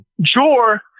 Jor